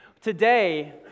Today